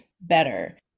better